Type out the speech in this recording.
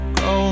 go